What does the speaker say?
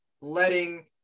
letting